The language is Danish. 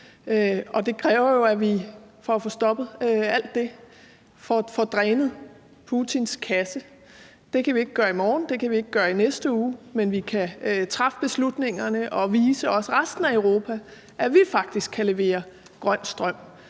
kræver, at vi, for at få stoppet alt det, får drænet Putins kasse. Det kan vi ikke gøre i morgen, det kan vi ikke gøre i næste uge, men vi kan træffe beslutningerne og vise også resten af Europa, at vi faktisk kan levere grøn strøm.